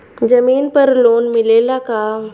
जमीन पर लोन मिलेला का?